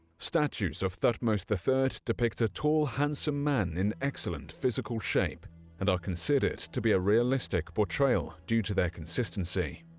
statues of thutmose the third depict a tall, handsome man in excellent physical shape and are considered to be a realistic portrayal due to their consistency.